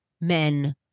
men